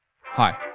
Hi